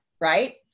right